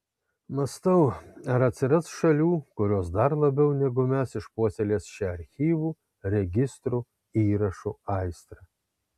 mąstau ar atsiras šalių kurios dar labiau negu mes išpuoselės šią archyvų registrų įrašų aistrą